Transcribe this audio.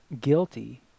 guilty